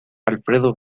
alfredo